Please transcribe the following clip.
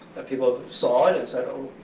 but people saw it and said, oh,